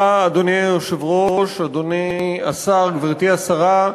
אדוני היושב-ראש, תודה לך, אדוני השר, גברתי השרה,